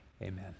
amen